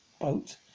boat